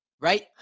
right